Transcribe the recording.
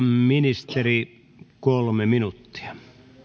ministeri kolme minuuttia